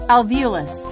Alveolus